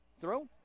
throw